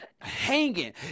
hanging